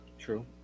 True